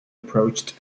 approached